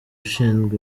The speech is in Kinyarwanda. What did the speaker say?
ushinzwe